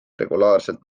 regulaarselt